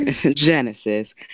Genesis